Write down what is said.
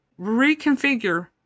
reconfigure